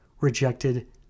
rejected